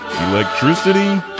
electricity